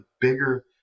bigger